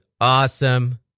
awesome